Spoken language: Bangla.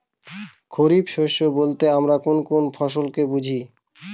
খরিফ শস্য বলতে আমরা কোন কোন ফসল কে বুঝি?